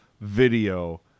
video